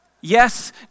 Yes